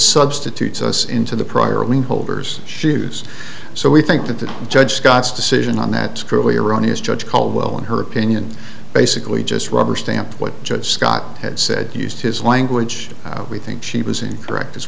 substitutes us into the prior link holder's shoes so we think that the judge scott's decision on that clearly erroneous judge caldwell in her opinion basically just rubber stamp what judge scott had said used his language we think she was incorrect as